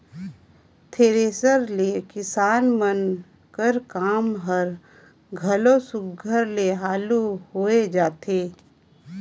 thresher ले किसान मन कर काम हर घलो सुग्घर ले हालु होए जाथे